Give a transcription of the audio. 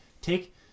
take